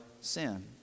sin